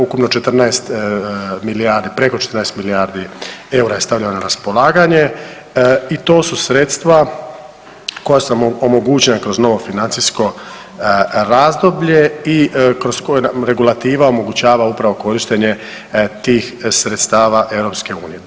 Ukupno 14 milijardi, preko 14 milijardi eura je stavljeno na raspolaganje i to su sredstva koja su nam omogućena kroz novo financijsko razdoblje i kroz koje nam regulativa omogućava upravo korištenje tih sredstava Europske unije.